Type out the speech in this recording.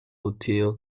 outil